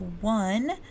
one